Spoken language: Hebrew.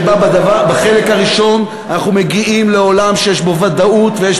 שבה בחלק הראשון אנחנו מגיעים לעולם שיש בו ודאות ויש